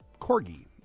corgi